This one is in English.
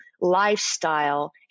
lifestyle